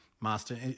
master